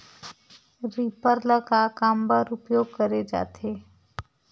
Reaper ल का काम बर उपयोग करे जाथे?